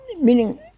Meaning